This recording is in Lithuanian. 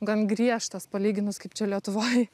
gan griežtas palyginus kaip čia lietuvoj